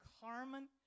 Carmen